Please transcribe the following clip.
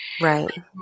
Right